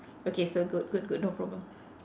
okay so good good good no problem